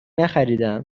نخریدهام